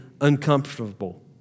uncomfortable